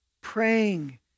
praying